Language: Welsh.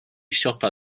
siopa